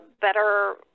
better